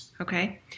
Okay